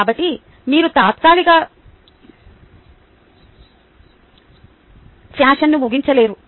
కాబట్టి మీరు తాత్కాలిక ఫ్యాషన్ను ముగించలేరు